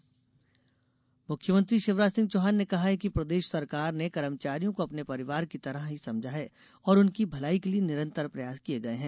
CM कर्मचारी मुख्यमंत्री शिवराज सिंह चौहान ने कहा है कि प्रदेश सरकार ने कर्मचारियों को अपने परिवार की तरह ही समझा है और उनकी भलाई के लिए निरंतर प्रयास किये गये है